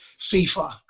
FIFA